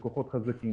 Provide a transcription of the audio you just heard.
לקוחות חזקים.